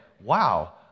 wow